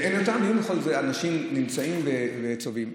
ועם כל זה, אנשים נמצאים וצובאים.